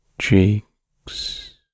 cheeks